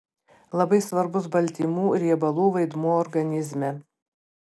labai svarbus baltymų riebalų vaidmuo organizme